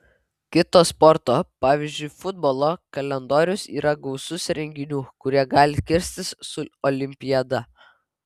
kito sporto pavyzdžiui futbolo kalendorius yra gausus renginių kurie gali kirstis su olimpiada